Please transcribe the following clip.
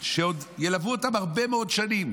שעוד ילוו אותם הרבה מאוד שנים,